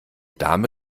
dame